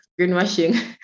greenwashing